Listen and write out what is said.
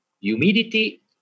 humidity